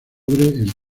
del